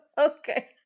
okay